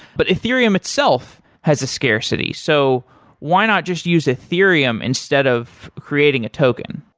but ethereum itself has scarcity. so why not just use ethereum instead of creating a token?